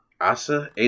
Asa